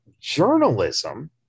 journalism